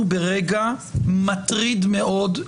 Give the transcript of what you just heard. אנחנו ברגע מטריד מאוד,